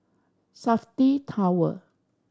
Safti Tower